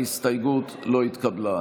ההסתייגות לא התקבלה.